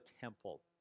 temple